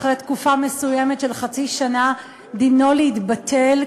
אחרי תקופה מסוימת של חצי שנה דינו להתבטל,